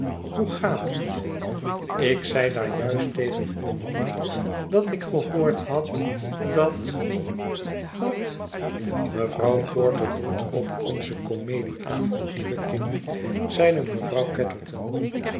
hoe gaat het ik zei daar juist tegen uw mama dat ik gehoord had dat wat mevrouw porter doelt op onzen comedieavond lieve kind zeide mevrouw